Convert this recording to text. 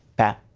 pat.